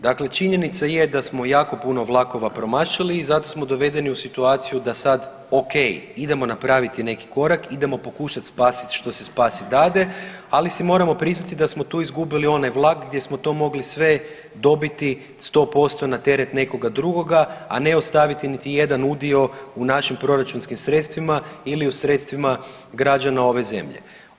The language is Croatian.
Dakle, činjenica je da smo jako puno vlakova promašili i zato smo dovedeni u situaciju da sad okej idemo napraviti neki korak, idemo pokušat spasit što se spasit dade, ali si moramo priznati da smo tu izgubili onaj vlak gdje smo to mogli sve dobiti 100% na teret nekoga drugoga, a ne ostaviti niti jedan udio u našim proračunskim sredstvima ili u sredstvima građana ove zemlje.